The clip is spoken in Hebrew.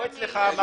לא אצלך.